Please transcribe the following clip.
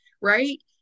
Right